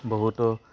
বহুতো